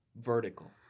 vertical